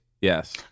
Yes